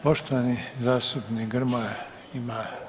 Poštovani zastupnik Grmoja ima.